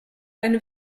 eine